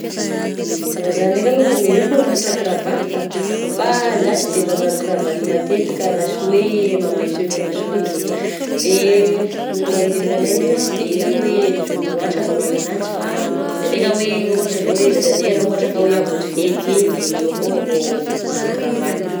Raha zah ndrainkany aloha haiko mamatotra kravaty ka, fa za sy de manao kravaty matetika raha sy hoe magnano tenue agna skoto, de olona manodidigna agny ndraika sy de hitako hoe zovy loàtra magnano ananjy fa ndraindra hoe ohatra izao hoe dadanay raha ohatra ka hoe hamonjy fety igny ,de igny foagna vô magnano kravaty.